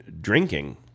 drinking